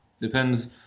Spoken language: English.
Depends